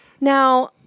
Now